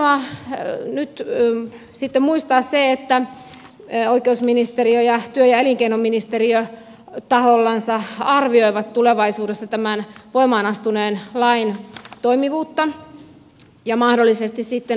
on hienoa nyt muistaa se että oikeusministeriö ja työ ja elinkeinoministeriö tahoillansa arvioivat tulevaisuudessa tämän voimaan astuneen lain toimivuutta ja mahdollisesti sitten lakia